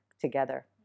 together